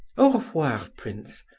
au revoir, prince.